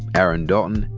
aaron dalton,